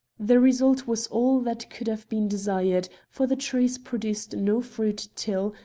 the result was all that could have been desired, for the trees produced no fruit till,